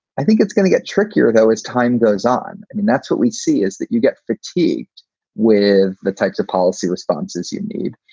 i think it's going to get trickier, though, as time goes on. i mean, that's what we see is that you get fatigued with the types of policy responses you need.